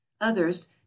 Others